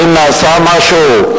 האם נעשה משהו?